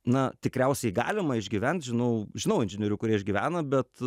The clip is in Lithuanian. na tikriausiai galima išgyvent žinau žinau inžinierių kurie išgyvena bet